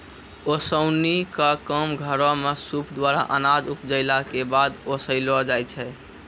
ओसौनी क काम घरो म सूप द्वारा अनाज उपजाइला कॅ बाद ओसैलो जाय छै?